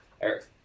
Eric